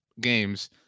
games